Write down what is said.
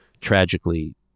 tragically